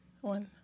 One